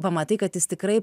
pamatai kad jis tikrai